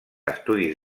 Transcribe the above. estudis